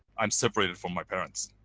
i'm separated from my parents.